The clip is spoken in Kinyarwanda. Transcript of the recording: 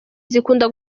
zikunda